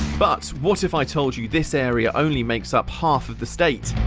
but what if i told you this area only makes up half of the state?